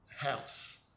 house